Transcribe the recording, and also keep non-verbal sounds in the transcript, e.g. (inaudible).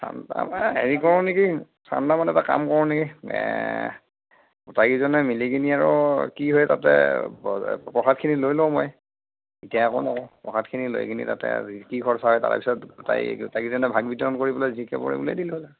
হেৰি কৰোঁ নেকি চান্দা মানে এটা কাম কৰোঁ নেকি এ গোটেইকেইজনে মিলিকিনে আৰু কি হয় তাতে প্ৰসাদখিনি লৈ লওঁ মই (unintelligible) প্ৰসাদখিনি লৈ কিনে তাতে (unintelligible) কি খৰচা হয় তাৰপিছত গোটেইকেইজনে ভাগ বিতৰণ কৰি পেলাই যি পৰে ওলাই দিলে হ'ল আৰু